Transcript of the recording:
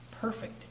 perfect